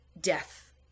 death